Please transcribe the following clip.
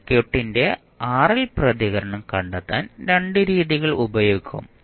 സർക്യൂട്ടിന്റെ RL പ്രതികരണം കണ്ടെത്താൻ 2 രീതികൾ ഉപയോഗിക്കാം